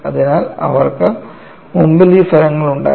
അതിനാൽ അവർക്ക് മുമ്പിൽ ഈ ഫലങ്ങൾ ഉണ്ടായിരുന്നു